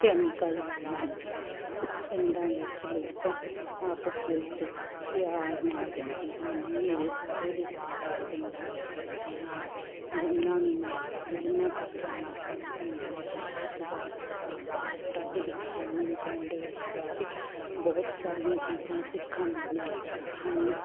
chemical ਵਾਲੀ ਹੁੰਦੀ ਹੈ ਪਿੰਡਾਂ ਵਿੱਚ ਲੋਕ ਆਪਸ ਵਿੱਚ ਪਿਆਰ ਨਾਲ ਰਹਿੰਦੇ ਹਨ ਮੇਰੇ ਸਾਰੇ ਰਿਸ਼ਤੇਦਾਰ ਪਿੰਡਾਂ ਵਿੱਚ ਰਹਿੰਦੇ ਹਨ ਜਿਨ੍ਹਾਂ ਨੂੰ ਮਿਲ ਜਿੰਨ੍ਹਾਂ ਕੋਲ ਜਾਣਾ ਸਾਨੂੰ ਪਿੰਡ ਵਿੱਚ ਬਹੁਤ ਜ਼ਿਆਦਾ ਪਸੰਦ ਹੈ ਸਾਡੇ ਬੱਚਿਆਂ ਨੂੰ ਵੀ ਪਿੰਡ ਵਿੱਚ ਜਾ ਕੇ ਬਹੁਤ ਸਾਰੀਆਂ ਚੀਜ਼ਾਂ ਸਿੱਖਣ ਨੂੰ ਮਿਲਦੀਆਂ ਹਨ